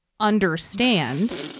understand